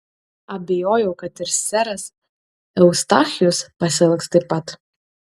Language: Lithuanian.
abejojau kad ir seras eustachijus pasielgs taip pat